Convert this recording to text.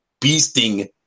beasting